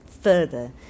further